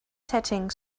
setting